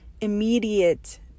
Immediate